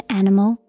animal